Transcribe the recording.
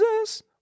Jesus